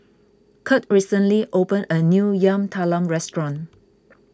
Kurt recently opened a new Yam Talam restaurant